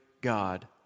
God